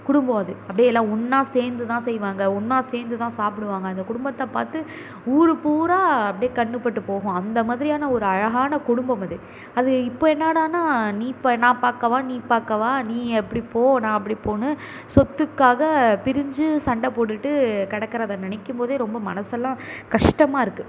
குடும்பம் அது அப்படியே எல்லாம் ஒன்னாக சேர்ந்து தான் செய்வாங்க ஒன்னாக சேர்ந்து தான் சாப்பிடுவாங்க அந்த குடும்பத்தை பார்த்து ஊர் பூரா அப்டியே கண் பட்டுப் போகும் அந்த மாதிரியான ஒரு அழகான குடும்பம் அது அது இப்போது என்னாடான்னா நீ ப நான் பார்க்கவா நீ பார்க்கவா நீ அப்படி போ நான் அப்படி போன்னு சொத்துக்காக பிரிஞ்சு சண்டை போட்டுட்டு கிடக்கறத நினைக்கும் போதே ரொம்ப மனதெல்லாம் கஷ்டமாக இருக்குது